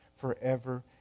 forever